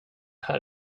här